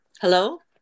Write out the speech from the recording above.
Hello